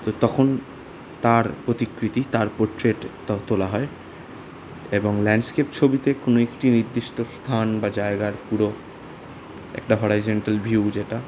তো তখন তার প্রতিকৃতি তার পোর্ট্রেট তোলা হয় এবং ল্যাণ্ডস্কেপ ছবিতে কোনও একটি নির্দিষ্ট স্থান বা জায়গার পুরো একটা হরাইজন্টাল ভিউ যেটা